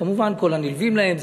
כמובן כל הנלווים להם,